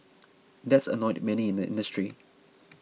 that's annoyed many in the industry